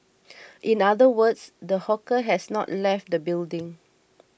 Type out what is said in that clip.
in other words the hawker has not left the building